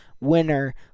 winner